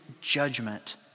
judgment